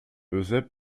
eusèbe